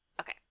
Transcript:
Okay